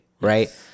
right